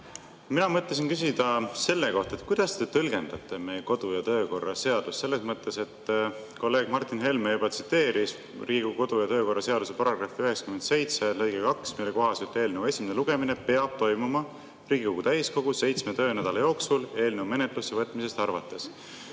Mina mõtlesin küsida selle kohta, kuidas te tõlgendate meie kodu- ja töökorra seadust. Kolleeg Martin Helme juba tsiteeris Riigikogu kodu- ja töökorra seaduse § 97 lõiget 2, mille kohaselt eelnõu esimene lugemine peab toimuma Riigikogu täiskogu seitsme töönädala jooksul eelnõu menetlusse võtmisest arvates.